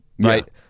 right